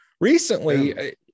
recently